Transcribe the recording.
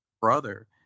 brother